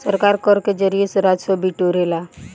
सरकार कर के जरिया से राजस्व बिटोरेला